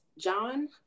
john